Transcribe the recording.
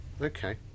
okay